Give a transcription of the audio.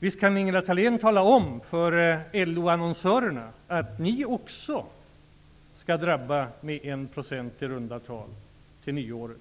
Visst kan Ingela Thalén tala om för LO annonsörerna att ni också -- och inte bara regeringen -- skall drabba dem med i runt tal 1 % till nyåret!